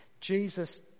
Jesus